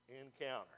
encounter